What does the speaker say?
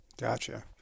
Gotcha